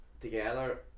together